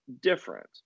different